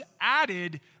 added